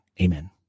Amen